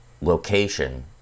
location